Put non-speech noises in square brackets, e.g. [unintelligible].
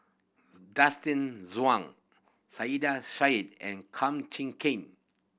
[unintelligible] Zhuang Saiedah Said and Kum Chee Kin